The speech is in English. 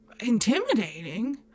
intimidating